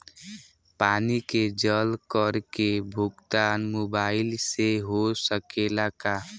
पानी के जल कर के भुगतान मोबाइल से हो सकेला का?